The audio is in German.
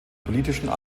politischen